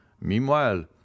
Meanwhile